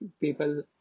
people